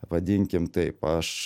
vadinkim taip aš